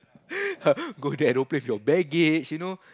go there aeroplane with your baggage you know